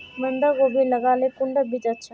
बंधाकोबी लगाले कुंडा बीज अच्छा?